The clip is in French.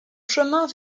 chemin